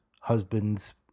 Husband's